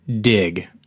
dig